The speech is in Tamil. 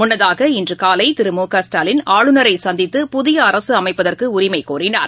முள்ளதாக இன்றுகாலைதிருமுகஸ்டாலின் ஆளுநரைசந்தித்து புதியஅரசுஅமைப்பதற்குஉரிமைக்கோரினார்